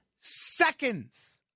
seconds